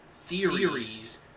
theories